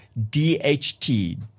DHT